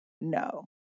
No